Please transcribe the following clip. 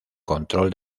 control